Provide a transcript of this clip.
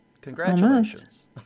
Congratulations